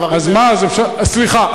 סליחה,